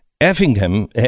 Effingham